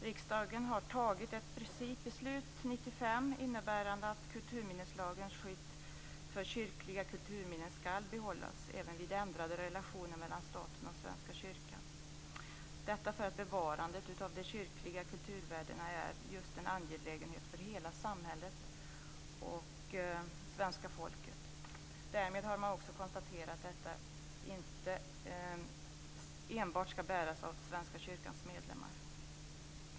Riksdagen har fattat ett principbeslut 1995 innebärande att kulturminneslagens skydd för kyrkliga kulturminnen skall behållas även vid ändrade relationer mellan staten och Svenska kyrkan därför att bevarandet av de kyrkliga kulturvärdena är just en angelägenhet för hela samhället och svenska folket. Därmed har man också konstaterat att kostnaderna inte enbart skall bäras av Svenska kyrkans medlemmar.